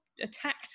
attacked